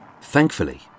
Thankfully